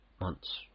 months